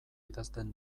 idazten